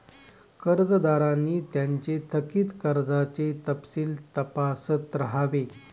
कर्जदारांनी त्यांचे थकित कर्जाचे तपशील तपासत राहावे